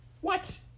What